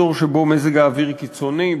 אזור שבו מזג האוויר קיצוני,